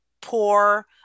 poor